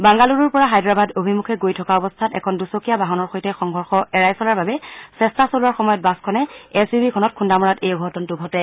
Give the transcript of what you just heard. বাংগালুৰুৰ পৰা হায়দৰাবাদ অভিমুখে গৈ থকা অৱস্থাত এখন দুচকীয়া বাহনৰ সৈতে সংঘৰ্ষ এৰাই চলাৰ বাবে চেষ্টা চলোৱাৰ সময়ত বাছখনে এছ ইউ ভিখনত খুন্দা মৰাত এই অঘটনতো ঘটে